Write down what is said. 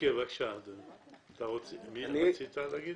רצית להגיד